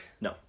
No